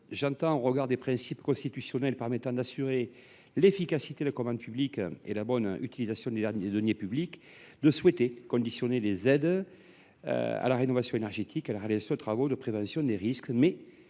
J’entends, au regard des principes constitutionnels permettant d’assurer l’efficacité de la commande publique et la bonne utilisation des deniers publics, que l’on souhaite conditionner les aides à la rénovation énergétique à la réalisation de travaux de prévention des risques, mais